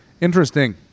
interesting